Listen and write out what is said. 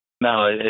no